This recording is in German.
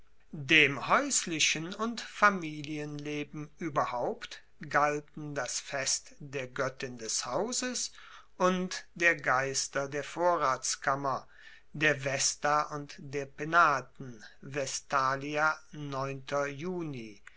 dem haeuslichen und familienleben ueberhaupt galten das fest der goettin des hauses und der geister der vorratskammer der vesta und der penaten